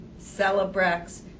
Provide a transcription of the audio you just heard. Celebrex